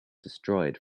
destroyed